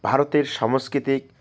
ভারতের সাংস্কৃতিক